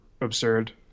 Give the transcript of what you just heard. absurd